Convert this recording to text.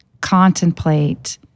contemplate